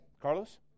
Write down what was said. Carlos